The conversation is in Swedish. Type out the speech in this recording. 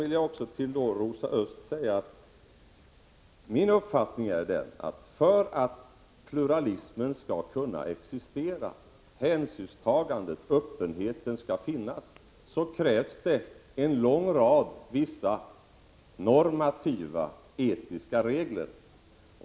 Till Rosa Östh vill jag säga att min uppfattning är den att för att pluralismen skall kunna existera, för att hänsynstagandet och öppenheten skall existera, krävs det en lång rad normativa etiska regler.